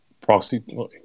proxy